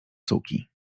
suki